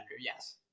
Yes